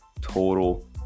total